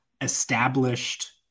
established